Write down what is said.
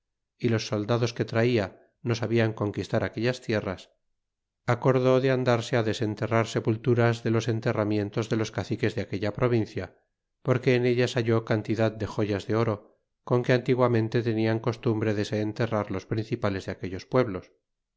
y los soldados que traia no sabian conquistar aquellas tierras acordó de andarse á desenterrar sepulturas de los enterramientos de los caciques de aquella provincia porque en ellas halló cantidad de joyas de oro con que antiguamente tenían costumbre de se enterrar los principales de aquellos pueblos